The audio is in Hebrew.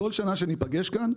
בכל שנה שניפגש כאן,